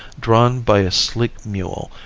drawn by a sleek mule,